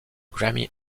grammy